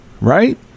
right